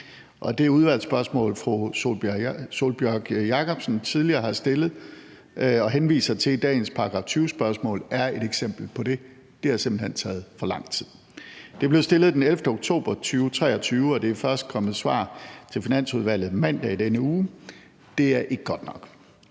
og det udvalgsspørgsmål, fru Sólbjørg Jakobsen tidligere har stillet og henviser til i dagens § 20-spørgsmål, er et eksempel på det. Det har simpelt hen taget for lang tid. Det blev stillet den 11. oktober 2023, og der er først kommet svar til Finansudvalget mandag i denne uge. Det er ikke godt nok.